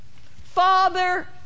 Father